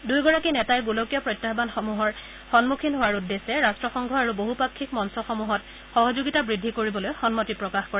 দুয়োগৰাকী নেতাই গোলকীয় প্ৰত্যাহানসমূহৰ সন্মুখীন হোৱাৰ উদ্দেশ্যে ৰাট্টসংঘ আৰু বহুপাক্ষিক মঞ্চসমূহত সহযোগিতা বৃদ্ধি কৰিবলৈ সন্মতি প্ৰকাশ কৰে